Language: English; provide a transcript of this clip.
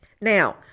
Now